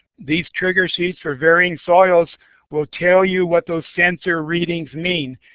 these triggers sheets for varying soils will tell you what those sensor readings mean.